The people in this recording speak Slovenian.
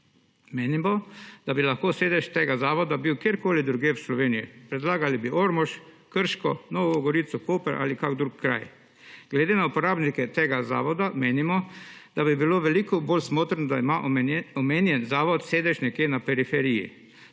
Menimo, da bi lahko bil sedež tega zavoda kjerkoli drugje v Sloveniji. Predlagali bi Ormož, Krško, Novo Gorico, Koper ali kakšen drug kraj. Glede na uporabnike tega zavoda menimo, da bi bilo veliko boj smotrno, da ima omenjeni zavod sedež nekje na periferiji.